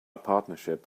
partnership